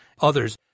others